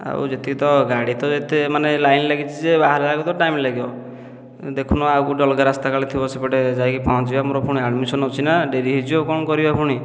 ଆଉ ଯେତିକି ତ ଗାଡ଼ି ତ ଯେତେ ମାନେ ଲାଇନ୍ ଲାଗିଛି ଯେ ବାହାରିଲା ବେଳକୁ ତ ଟାଇମ୍ ଲାଗିବ ଦେଖୁନ ଆଉ କେଉଁଠି ଅଲଗା ରାସ୍ତା କାଳେ ଥିବ ସେପଟେ ଯାଇକି ପହଞ୍ଚିବା ମୋର ପୁଣି ଆଡ଼ମିଶନ ଅଛି ନା ଡେରି ହୋଇଯିବ କ'ଣ କରିବା ପୁଣି